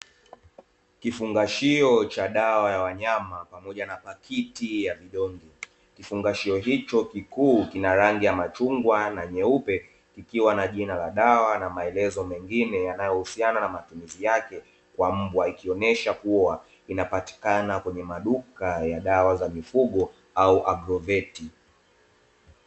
Kifungashio cha dawa ya wanyama pamoja na pakiti ya vidonge. Kifungashio hicho kikuu kina rangi ya machungwa na nyeupe, kikiwa na jina la dawa na maelezo mengine yanayohusiana na matumizi yake kwa mbwa. Ikionyesha kuwa inapatikana kwenye maduka ya dawa za mifugo au agroveti.